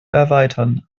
erweitern